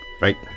Right